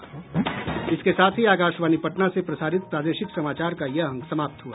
इसके साथ ही आकाशवाणी पटना से प्रसारित प्रादेशिक समाचार का ये अंक समाप्त हुआ